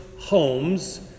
homes